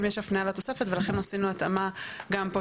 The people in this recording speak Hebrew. יש הפניה לתוספת ולכן עשינו התאמה גם פה,